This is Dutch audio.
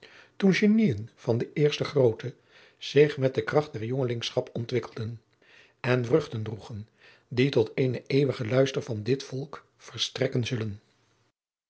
toen geniën van de eerste grootte zich met de kracht der jongelingschap ontwikkelden en vruchten droegen die tot eenen eeuwigen luister van dit volk verstrekken zullen